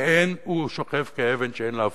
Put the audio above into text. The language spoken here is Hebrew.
והוא שוכב כאבן שאין לה הופכין,